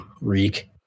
reek